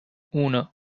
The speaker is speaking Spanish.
uno